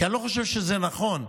כי אני לא חושב שזה נכון.